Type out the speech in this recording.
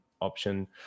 option